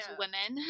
women